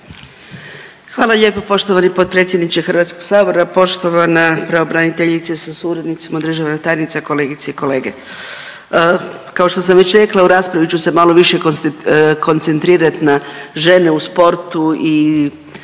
Hvala lijepo poštovani potpredsjedniče HS, poštovana pravobraniteljice sa suradnicima, državna tajnice, kolegice i kolege. Kao što sam već rekla u raspravi ću se malo više koncentrirat na žene u sportu i